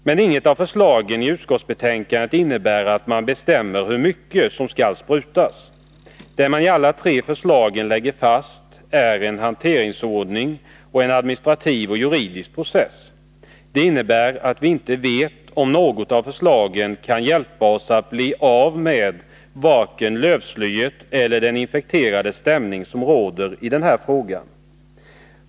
Men inget av förslagen i betänkandet innebär att man bestämmer hur mycket som skall sprutas. Det man i alla tre förslagen lägger fast är en hanteringsordning och en administrativ och juridisk process. Det innebär att viinte vet om något av förslagen kan hjälpa oss att bli av med vare sig lövslyet eller den infekterade stämning som råder i den här frågan.